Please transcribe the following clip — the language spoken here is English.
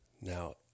Now